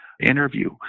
interview